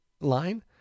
line